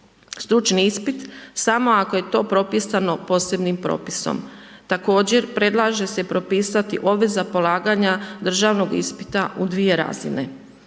stručni ispit, samo ako je to propisano posebnim propisom. Također predlaže se propisati obveza polaganja državnog ispita u dvije razine.